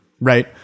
Right